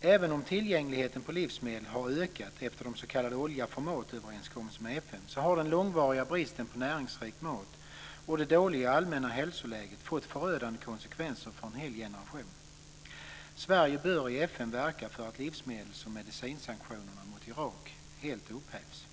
Även om tillgängligheten på livsmedel har ökat efter den s.k. olja-för-matöverenskommelsen med FN har den långvariga bristen på näringsriktig mat och det dåliga allmänna hälsoläget fått förödande konsekvenser för en hel generation. Sverige bör i FN verka för att livsmedels och medicinsanktionerna mot Irak helt upphävs.